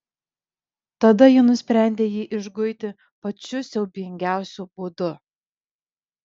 tada ji nusprendė jį išguiti pačiu siaubingiausiu būdu